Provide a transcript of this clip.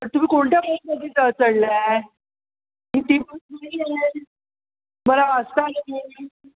तुम्ही कोणत्या बसमध्ये च चढला आहे ही ती बस कुठली आहे तुम्हाला वाचता आलं नाही